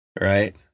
Right